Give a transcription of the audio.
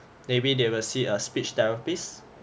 maybe they will see a speech therapist